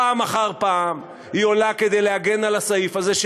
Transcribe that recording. פעם אחר פעם היא עולה כדי להגן על הסעיף הזה,